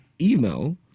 email